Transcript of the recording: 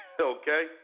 Okay